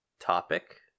topic